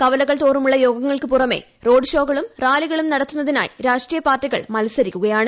കവലകൾതോറുമുള്ള യോഗങ്ങൾക്ക് പുറമെ റോഡ്ഷോകളും റാലികളും നടത്തുന്നതിനായി രാ്ഷ്ട്രീയപാർട്ടികൾ മൽസരിക്കുകയാണ്